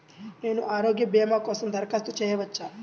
నేను ఆరోగ్య భీమా కోసం దరఖాస్తు చేయవచ్చా?